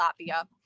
Latvia